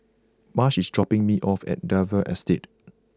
Marsh is dropping me off at Dalvey Estate